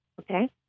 Okay